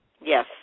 Yes